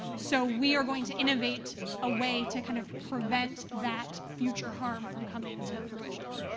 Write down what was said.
so we are going to innovate a way to kind of prevent that future harm from coming to fruition.